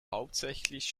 hauptsächlich